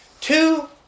two